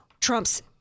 Trump's